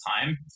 time